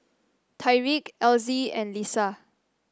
Tyreek Elzie and Lissa